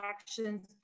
actions